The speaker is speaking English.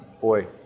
Boy